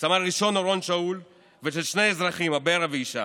ראשון אורון שאול ושל שני אזרחים, אברה והישאם.